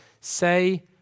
say